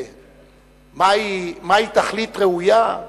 מהי תכלית ראויה,